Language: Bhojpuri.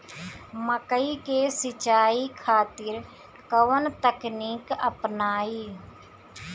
मकई के सिंचाई खातिर कवन तकनीक अपनाई?